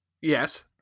yes